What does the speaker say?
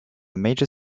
major